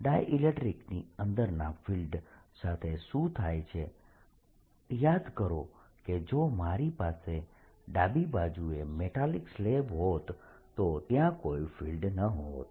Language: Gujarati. ડાયઈલેક્ટ્રીકની અંદરના ફિલ્ડ સાથે શું થાય છે યાદ કરો કે જો મારી પાસે ડાબી બાજુએ મેટાલિક સ્લેબ હોત તો ત્યાં કોઈ ફિલ્ડ ન હોત